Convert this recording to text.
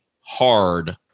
hard